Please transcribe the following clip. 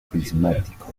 prismáticos